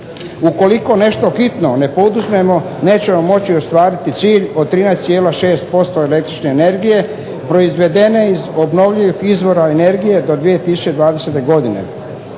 Ukoliko nešto hitno ne poduzmemo nećemo moći ostvariti cilj od 13,6% električne energije proizvedene iz obnovljivih izvora energije do 2020. godine.